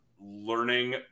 learning